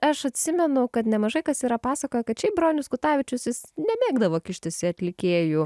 aš atsimenu kad nemažai kas yra pasakoję kad šiaip bronius kutavičius jis nemėgdavo kištis į atlikėjų